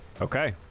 Okay